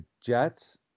Jets